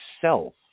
self